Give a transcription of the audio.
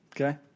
Okay